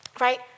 right